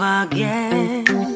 again